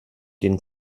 den